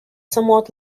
somewhat